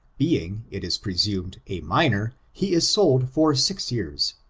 being, it is presumed, a minor, he is sold for six years.